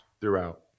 throughout